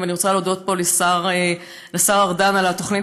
ואני רוצה להודות פה לשר ארדן על התוכנית